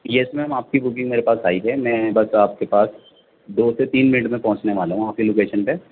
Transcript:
یس ma'am آپ کی booking میرے پاس آئی ہے میں بس آپ کے پاس دو سے تین منٹ میں پہچنے والا ہوں آپ کے لوکیشن پہ